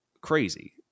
crazy